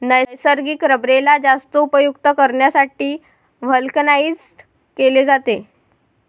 नैसर्गिक रबरेला जास्त उपयुक्त करण्यासाठी व्हल्कनाइज्ड केले जाते